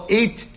eight